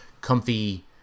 comfy